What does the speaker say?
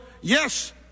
yes